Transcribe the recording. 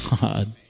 God